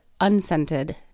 unscented